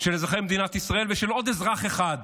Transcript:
של אזרחי מדינת ישראל, ושל עוד אזרח אחד,